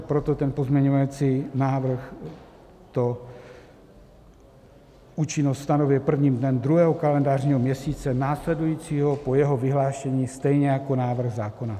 Proto ten pozměňovací návrh účinnost stanovuje prvním dnem druhého kalendářního měsíce následujícího po jeho vyhlášení, stejně jako návrh zákona.